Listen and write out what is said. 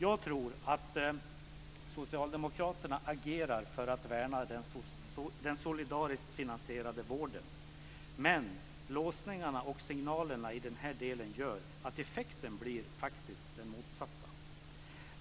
Jag tror att Socialdemokraterna agerar för att värna den solidariskt finansierade vården, men låsningarna och signalerna i den här delen gör att effekten faktiskt blir den motsatta.